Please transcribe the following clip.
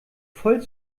voll